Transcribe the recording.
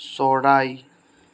চৰাই